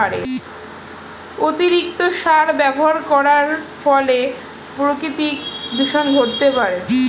অতিরিক্ত সার ব্যবহার করার ফলেও প্রাকৃতিক দূষন ঘটতে পারে